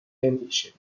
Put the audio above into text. endişeli